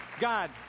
God